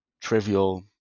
trivial